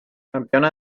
campeona